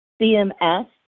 CMS